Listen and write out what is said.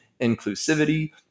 inclusivity